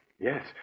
Yes